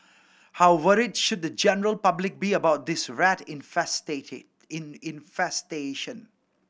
how worried should the general public be about this rat infestation